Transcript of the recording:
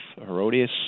Herodias